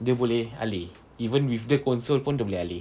dia boleh alih even with the console dia boleh alih